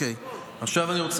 זה לא קשור לאליטות כאלה ואחרות.